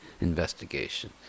investigation